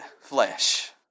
flesh